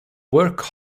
work